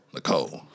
Nicole